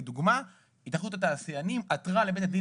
לדוגמה: התאחדות התעשיינים עתרה לבית הדין